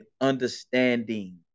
understanding